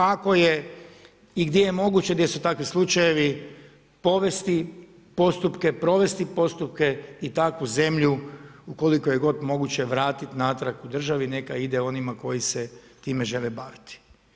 Ako je i gdje je moguće gdje su takvi slučajevi povesti postupke, provesti postupke i takvu zemlju ukoliko je god moguće vratiti natrag državi neka ide onima koji se time žele baviti.